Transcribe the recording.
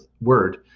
word